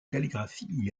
calligraphie